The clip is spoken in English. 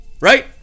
Right